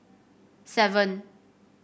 seven